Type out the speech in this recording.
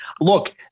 Look